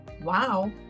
wow